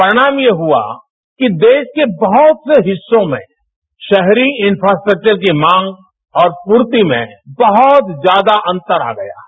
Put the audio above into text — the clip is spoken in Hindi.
परिणाम यह हुआ कि देश के बहुत से हिस्सों में शहरी इफ्रास्ट्रक्चर के मांग और पूर्ति में बहुत ज्यादा अंतर आ गया है